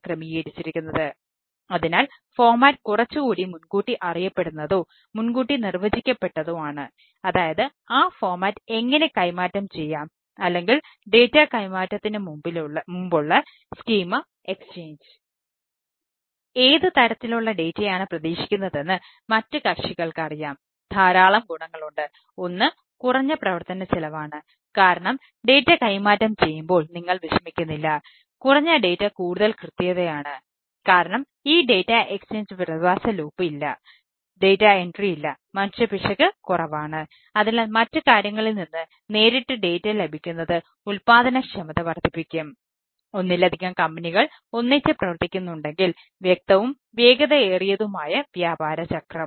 ഏത് തരത്തിലുള്ള ഡാറ്റയാണ് ഒന്നിച്ച് പ്രവർത്തിക്കുന്നുണ്ടെങ്കിൽ വ്യക്തവും വേഗതയേറിയതുമായ വ്യാപാര ചക്രം